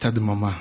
הייתה דממה,